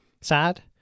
Sad